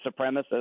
supremacist